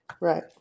Right